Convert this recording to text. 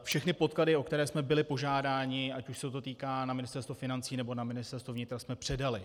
Všechny podklady, o které jsme byli požádáni, ať už na Ministerstvo financí, nebo na Ministerstvo vnitra jsme předali.